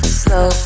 slow